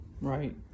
right